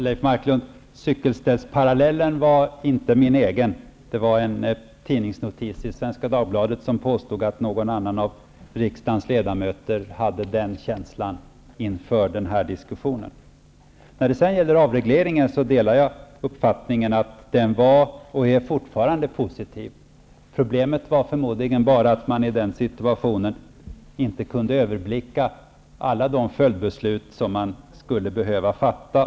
Herr talman! Cykelställsparallellen var inte min egen, Leif Marklund. Det var i en tidningsnotis i Svenska Dagbladet som man påstod att någon annan av riksdagens ledamöter hade den känslan inför den här diskussionen. När det gäller avregleringen, delar jag uppfattningen att den var, och fortfarande är, positiv. Problemet var förmodligen bara att man i den situationen inte kunde överblicka alla de följdbeslut som man skulle behöva fatta.